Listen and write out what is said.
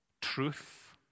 truth